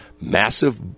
massive